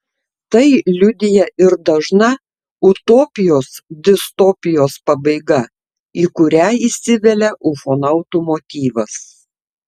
tai liudija ir dažna utopijos distopijos pabaiga į kurią įsivelia ufonautų motyvas